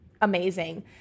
amazing